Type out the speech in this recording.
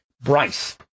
Bryce